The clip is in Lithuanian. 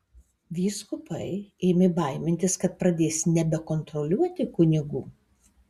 vyskupai ėmė baimintis kad pradės nebekontroliuoti kunigų